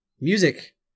Music